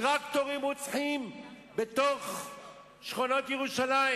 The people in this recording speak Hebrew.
טרקטורים רוצחים בתוך שכונות ירושלים.